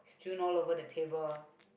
strewn all over the table